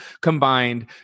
combined